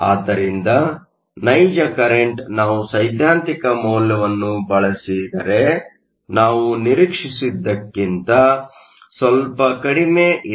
ಆದ್ದರಿಂದ ನೈಜ ಕರೆಂಟ್ ನಾವು ಸೈದ್ಧಾಂತಿಕ ಮೌಲ್ಯಗಳನ್ನು ಬಳಸಿದರೆ ನಾವು ನಿರಿಕ್ಷಿಸಿದ್ದಕ್ಕಿಂತ ಸ್ವಲ್ಪ ಕಡಿಮೆ ಇದೆ